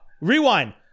rewind